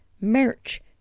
merch